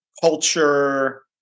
culture